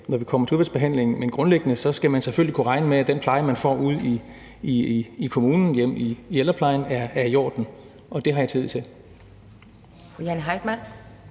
når vi kommer til udvalgsbehandlingen, men grundlæggende skal man selvfølgelig kunne regne med, at den pleje, man får ude i kommunerne og i ældreplejen, er i orden, og det har jeg tillid til.